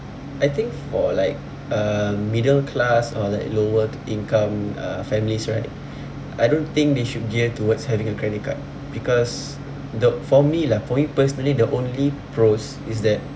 I think for like uh middle class or like lower income uh families right I don't think they should gear towards having a credit card because the for me lah for me personally the only pros is that